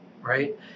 right